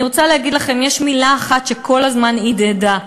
אני רוצה להגיד לכם, יש מילה אחת שכל הזמן הדהדה,